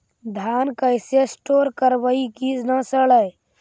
धान कैसे स्टोर करवई कि न सड़ै?